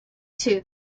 two